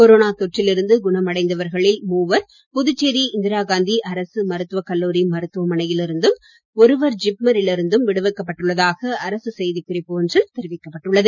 corona தொற்றில் இருந்து குணமடைந்தவர்களில் மூவர் புதுச்சேரி இந்திரா காந்தி அரசு மருத்துவக் கல்லூரி மருத்துவமனையில் இருந்தும் ஒருவர் ஜிப்மரில் இருந்தும் விடுவிக்கப் பட்டுள்ளதாக அரசு செய்தி குறிப்பு ஒன்றில் தெரிவிக்கப்பட்டுள்ளது